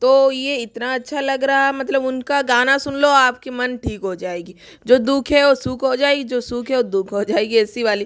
तो ये इतना अच्छा लग रहा मतलब उनका गाना सुन लो आप का मन ठिक हो जाएगा जो दुख है वो सुख हो जाएगा जो सुख है वो दुख हो जाएगा ऐसी वाली